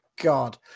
god